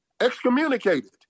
Excommunicated